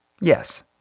Yes